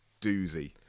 doozy